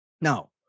now